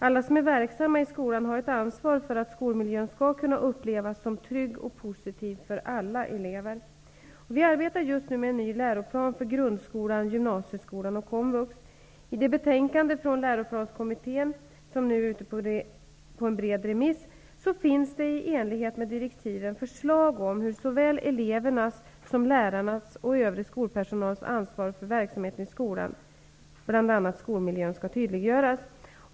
Alla som är verksamma i skolan har ett ansvar för att skolmiljön skall kunna upplevas som trygg och positiv för alla elever. Vi arbetar just nu med en ny läroplan för grundskolan, gymnasieskolan och komvux. I det betänkande från Läroplanskommittén, som nu är ute på en bred remiss, finns det i enlighet med direktiven förslag om hur såväl elevernas, som lärarnas och övrig skolpersonals ansvar för verksamheten i skolan, bl.a. skolmiljön, skall tydliggöras.